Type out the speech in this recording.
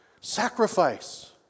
Sacrifice